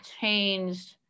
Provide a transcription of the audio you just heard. changed